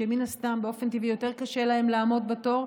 שמן הסתם באופן טבעי יותר קשה להם לעמוד בתור,